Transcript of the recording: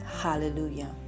hallelujah